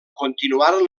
continuaren